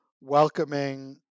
welcoming